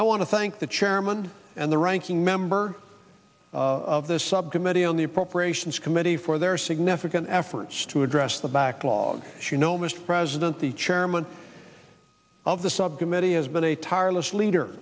i want to thank the chairman and the ranking member of the subcommittee on the appropriations committee for their significant efforts to address the backlog as you know mr president the chairman of the subcommittee has been a tireless leader